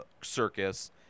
circus